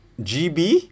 GB